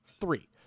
three